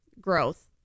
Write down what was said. growth